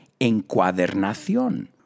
encuadernación